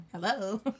hello